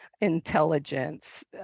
intelligence